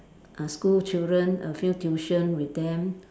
a school children a few tuition with them